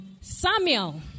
Samuel